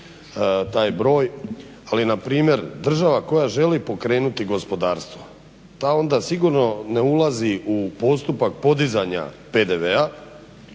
taj broj. Ali npr. država koja želi pokrenuti gospodarstvo ta onda sigurno ne ulazi u postupak podizanja PDV-a